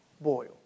boil